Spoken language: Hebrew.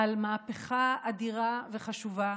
על מהפכה אדירה וחשובה.